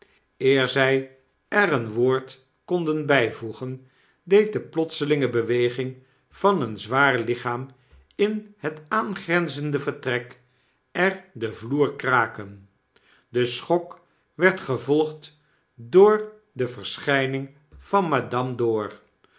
zy er een woord konden by voegen deed de plotselinge beweging van een zwaar lichaam in net aangrenzende vertrek er den vloer kraken de schok werd gevolgd door de verschyning van madame dor